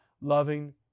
loving